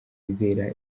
yizera